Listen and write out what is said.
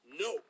No